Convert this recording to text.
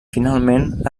finalment